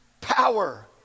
power